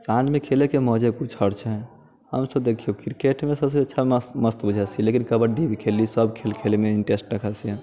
साँझमे खेलैके मौजे किछु आओर छै हमसभ देखियौ क्रिकेटमे सभसँ अच्छा मस्त बुझाइत छै लेकिन कबड्डी भी खेललियै सभ खेल खेलैमे इंटरेस्ट रखैत छियै